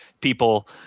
people